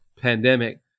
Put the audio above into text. pandemic